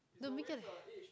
no matter if